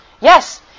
Yes